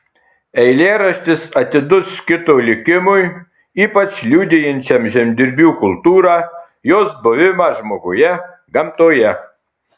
eilėraštis atidus kito likimui ypač liudijančiam žemdirbių kultūrą jos buvimą žmoguje gamtoje